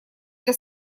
для